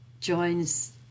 joins